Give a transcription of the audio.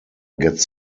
gets